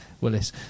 Willis